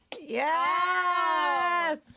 Yes